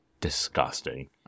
disgusting